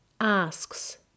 Asks